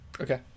okay